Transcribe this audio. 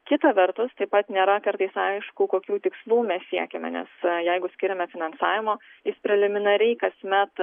kita vertus taip pat nėra kartais aišku kokių tikslų mes siekiame nes jeigu skiriame finansavimo preliminariai kasmet